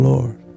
Lord